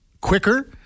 quicker